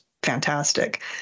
Fantastic